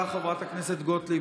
חברת הכנסת גוטליב,